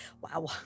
wow